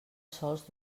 sols